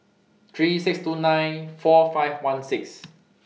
three thousand six hundred and twenty nine four thousand five hundred and sixteen